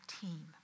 team